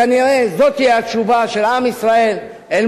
כנראה זאת תהיה התשובה של עם ישראל אל